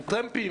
עם טרמפים?